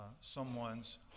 someone's